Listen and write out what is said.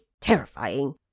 terrifying